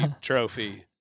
trophy